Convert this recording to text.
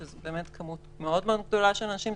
שזו באמת כמות מאוד מאוד גדולה של אנשים,